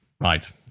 Right